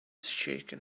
shaken